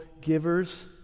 givers